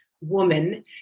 woman